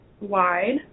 wide